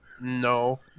No